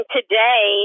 today